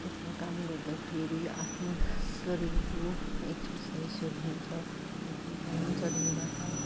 खेतमा काम गर्दाखेरि आफ्नो शरीरको एक्सरसाइजहरू हुन्छ त्यही कारण शरीरबाट